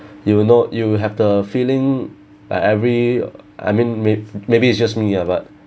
you will know you have the feeling like every I mean may maybe it's just me lah but